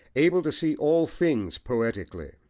able to see all things poetically,